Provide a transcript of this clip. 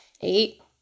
Eight